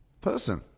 person